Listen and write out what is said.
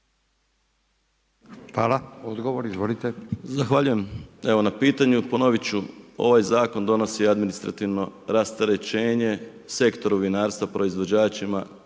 **Majdak, Tugomir** Zahvaljujem evo na pitanju. Ponovit ću, ovaj zakon donosi administrativno rasterećenje sektoru vinarstva, proizvođačima